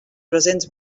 presents